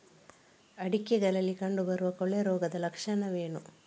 ಅಡಿಕೆಗಳಲ್ಲಿ ಕಂಡುಬರುವ ಕೊಳೆ ರೋಗದ ಲಕ್ಷಣವೇನು?